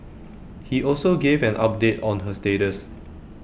he also gave an update on her status